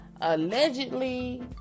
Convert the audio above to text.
allegedly